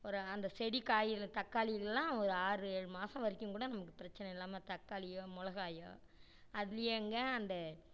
ஒரு அந்த செடி காய்ல தக்காளியிலலாம் ஒரு ஆறு ஏழு மாதம் வரைக்குங்கூட நமக்கு பிரச்சனை இல்லாமல் தக்காளியோ மிளகாயோ அதிலையேங்க அந்த